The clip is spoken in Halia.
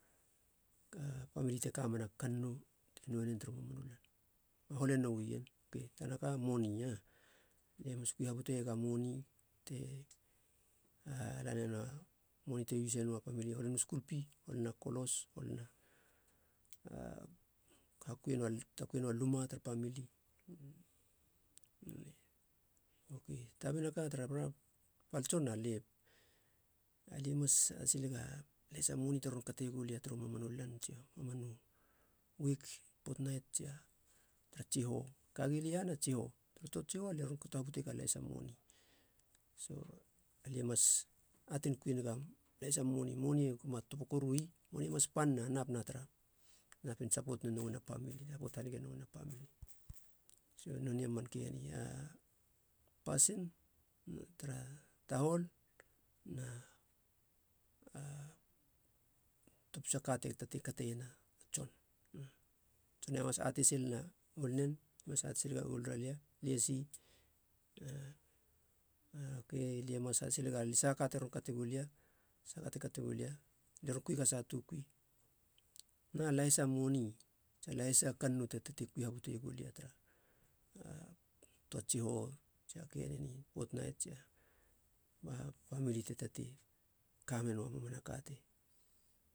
Ba ra pamili te kamera kannou te noweruen tana ka moni. tse? Lia mas kui habutega moni. te use enowa pamili. holerowa skul fee. kolos na kannou tara galapien. hesitaion. hatakei nowa luma tara pamili. oke. tabina ka tara paltson alie mas ateisilega lahisa moni te kategowa lia turu mamanu lan. mamanu wik. tsia tsiho tekagilia lehana. lia mas kuinega moni. moni gomas pan. goma topoye. gomas pan bante antunana sapot megen a pamili. pasin tara tahol na topisa ka te napin katona tahol na topisa ka tego kata tson. tson e mas atesilena il nen. lie si. mas ateisilegasahaka teron kato gulia. lia ron kuiga saha tokui. na lahisa moni na kannou te nap kui habutu negulia tara tsiho tsia forthnigth.